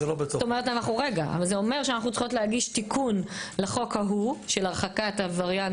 זאת אומרת שאנחנו צריכים להגיש תיקון לחוק ההוא של הרחקת עבריין